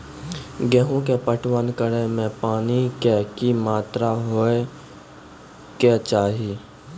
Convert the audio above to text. गेहूँ के पटवन करै मे पानी के कि मात्रा होय केचाही?